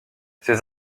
ses